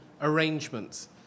arrangements